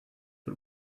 but